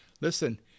Listen